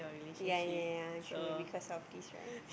ya ya ya true because of this right